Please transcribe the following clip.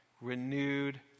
renewed